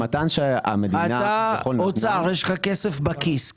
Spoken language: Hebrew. אתה האוצר, יש לך כסף בכיס.